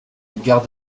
gare